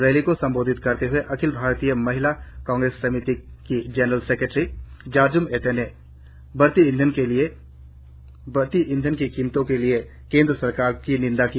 rally को संबोधित करते हुए अखिल भारतीय महिला कांग्रेस समिति की general general secretary Jarjum Ete ने बढ़ती ईंधन की कीमतों के लिए केंद्र सरकार को निंदा की